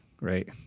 right